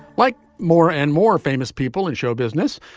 like more and more famous people in show business.